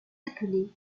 appelés